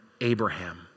Abraham